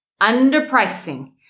underpricing